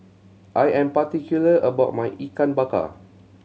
I am particular about my Ikan Bakar